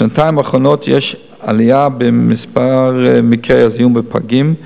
בשנתיים האחרונות יש עלייה במספר מקרי הזיהום בפגים,